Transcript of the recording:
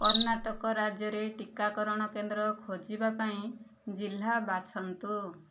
କର୍ଣ୍ଣାଟକ ରାଜ୍ୟରେ ଟିକାକରଣ କେନ୍ଦ୍ର ଖୋଜିବା ପାଇଁ ଜିଲ୍ଲା ବାଛନ୍ତୁ